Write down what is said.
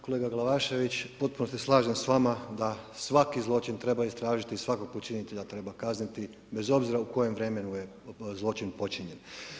Kolega Glavašević, u potpunosti se slažem s vama da svaki zločin treba istražiti i svakog počinitelja treba kazniti bez obzira u kojem vremenu je zločin počinjen.